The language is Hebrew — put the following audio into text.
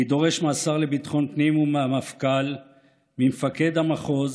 אני דורש מהשר לביטחון פנים, מהמפכ"ל וממפקד המחוז